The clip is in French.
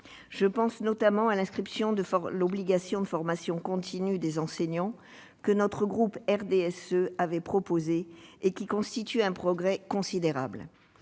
Je pense notamment à l'inscription de l'obligation de formation continue des enseignants, que le groupe du RDSE avait proposée et qui constitue un progrès considérable.